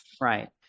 Right